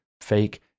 fake